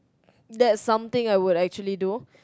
that's something I would actually do